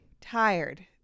tired